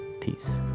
peace